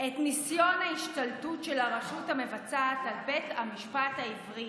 את ניסיון ההשתלטות של הרשות המבצעת על בית המשפט העברי,